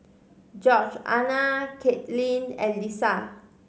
Georgeanna Katelyn and Lissa